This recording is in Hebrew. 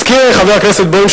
הזכיר חבר הכנסת בוים,